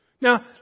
Now